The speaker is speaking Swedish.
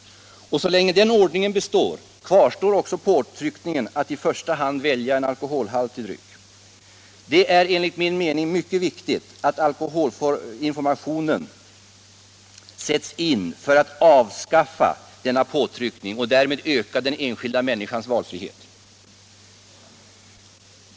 Så länge denna ordning består, kvarstår också påtryckningen att i första hand välja en alkoholhaltig dryck. Det är enligt min mening en viktig uppgift för alkoholinformationen att avskaffa denna påtryckning och därmed öka den enskilda människans valfrihet.